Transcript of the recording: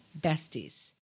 besties